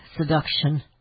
seduction